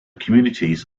communities